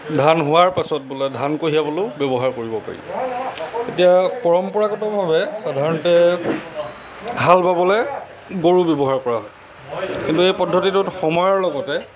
ধান হোৱাৰ পাছত বোলে ধান কঢ়িয়াবলৈয়ো ব্যৱহাৰ কৰিব পাৰি এতিয়া পৰম্পৰাগতভাৱে সাধাৰণতে হাল বাবলৈ গৰু ব্যৱহাৰ কৰা হয় কিন্তু এই পদ্ধতিটোত সময়ৰ লগতে